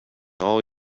all